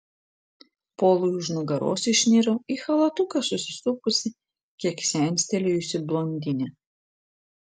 polui už nugaros išniro į chalatuką susisupusi kiek senstelėjusi blondinė